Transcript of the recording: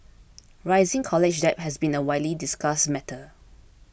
rising college debt has been a widely discussed matter